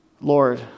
Lord